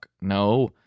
No